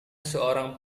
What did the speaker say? seorang